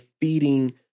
feeding